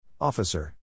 Officer